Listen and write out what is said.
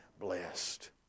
blessed